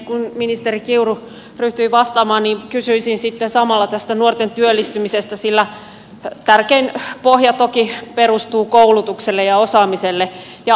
kun ministeri kiuru ryhtyi vastaamaan niin kysyisin sitten samalla tästä nuorten työllistymisestä sillä sen tärkein pohja toki perustuu koulutukseen ja osaamiseen